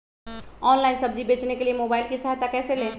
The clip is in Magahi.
ऑनलाइन सब्जी बेचने के लिए मोबाईल की सहायता कैसे ले?